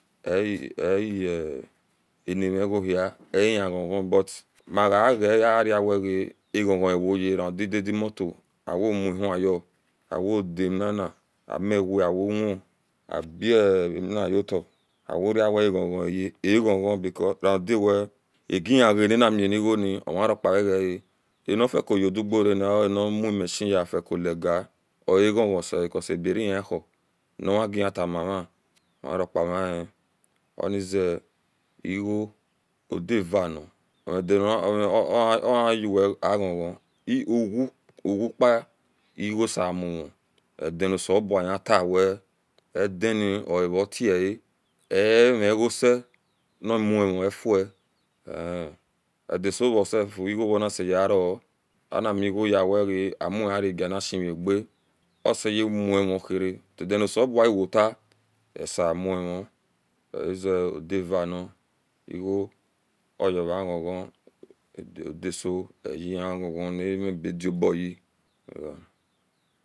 aeanmagohi oihie ghon ghon but agava ara aghon anwoye radidadi motor awomhnya awodamewia awoun akpamiyola aworia we eghon ghon awoye because agihiga nanamini goni omi aropa egae anofiucoyodugorani omume shiyedicolaga oa ghon ghon se because aberiyao nimagatamave omiopamini onzard e igoju odi ani ohiyewe a eghon ghon uwopa iguo semun edanoselebua hetawe edunio avatie emiguose nimuhn edie e ihie e dasoro self iguo nisiyao animilguoya wwga amuraganishaga oseyemumoneree anosebua iwosa osimuhn ozeodivan iguo oyoma ghon ghon oda soeyehi ghon ghon ni vngadiobohi